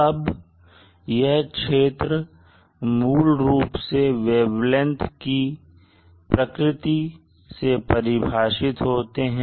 अब यह क्षेत्र मूल रूप से वेवलेंथ की प्रकृति से परिभाषित होते हैं